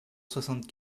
soixante